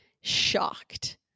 shocked